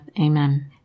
Amen